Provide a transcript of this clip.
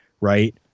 Right